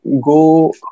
go